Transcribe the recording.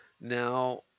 Now